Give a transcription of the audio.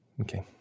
Okay